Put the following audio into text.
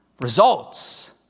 results